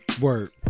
Word